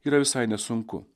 yra visai nesunku